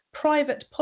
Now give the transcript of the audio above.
private